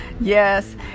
Yes